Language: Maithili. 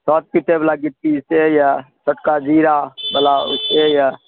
छत पिटैवला गिट्टीसे यऽ छोटका जीरावला से यऽ